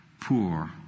Poor